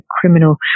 criminal